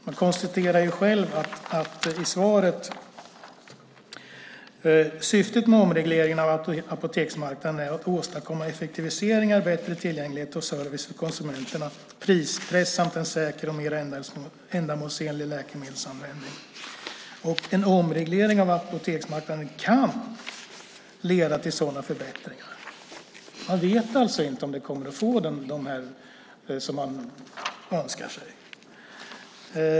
Man konstaterar själv i svaret: "Syftet med omregleringen av apoteksmarknaden är att åstadkomma effektiviseringar, bättre tillgänglighet och service för konsumenterna, prispress samt en säker och mer ändamålsenlig läkemedelsanvändning. En omreglering av apoteksmarknaden kan leda till sådana förbättringar." Man vet alltså inte om det kommer att få de effekter som man önskar sig.